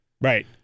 Right